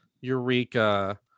Eureka